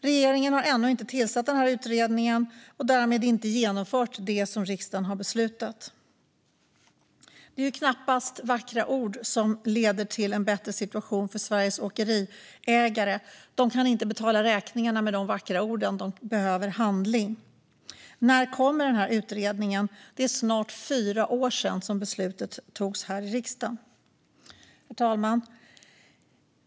Regeringen har inte ens tillsatt denna utredning ännu och har därmed inte genomfört det som riksdagen har fattat beslut om. Vackra ord leder knappast till en bättre situation för Sveriges åkeriägare. De kan inte betala sina räkningar med de vackra orden. Det krävs handling. När kommer utredningen? Det är snart fyra år sedan beslutet togs här i riksdagen. Herr talman!